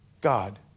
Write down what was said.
God